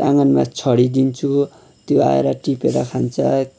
आँँगनमा छरिदिन्छु त्यो आएर टिपेर खान्छ